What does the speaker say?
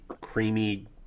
creamy